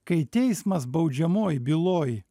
kai teismas baudžiamoj byloj